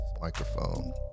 microphone